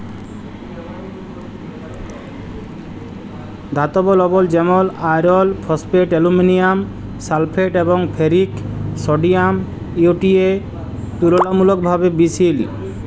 ধাতব লবল যেমল আয়রল ফসফেট, আলুমিলিয়াম সালফেট এবং ফেরিক সডিয়াম ইউ.টি.এ তুললামূলকভাবে বিশহিল